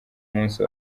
musi